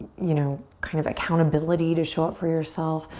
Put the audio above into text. you know, kind of accountability to show up for yourself.